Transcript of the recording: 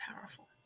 powerful